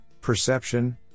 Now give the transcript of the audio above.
perception